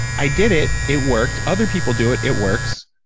i did it, it worked. other people do it it works.